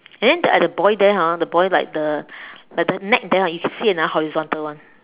and then at the boy there ah the boy like the like the neck there ah you see another horizontal one